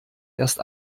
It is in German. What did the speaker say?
erst